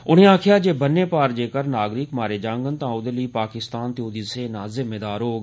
उने आक्खेआ जे बन्ने पार जेकर नागरिक मारे जांडन तां औदे लेई पाकिस्तान ते औदी सेना जिम्मेदार होग